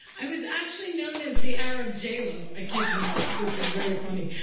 i was actually known as the arab j-lo. j-lo. i kid you not. this is very funny.